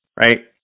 right